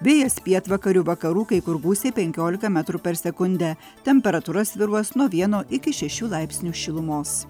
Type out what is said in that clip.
vėjas pietvakarių vakarų kai kur gūsiai penkiolika metrų per sekundę temperatūra svyruos nuo vieno iki šešių laipsnių šilumos